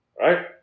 Right